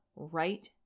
right